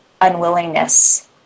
unwillingness